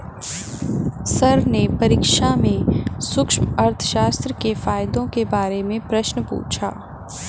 sir ने परीक्षा में सूक्ष्म अर्थशास्त्र के फायदों के बारे में प्रश्न पूछा